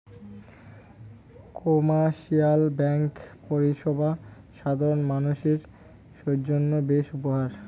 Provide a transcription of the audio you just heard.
commercial bank পরিষেবা সাধারণ মানসির জইন্যে বেশ উপকার